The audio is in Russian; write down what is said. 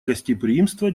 гостеприимства